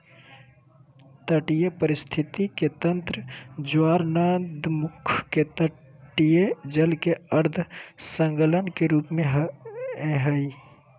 तटीय पारिस्थिति के तंत्र ज्वारनदमुख के तटीय जल के अर्ध संलग्न के रूप में हइ